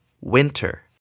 winter